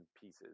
pieces